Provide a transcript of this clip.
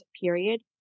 period